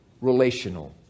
relational